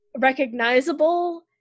recognizable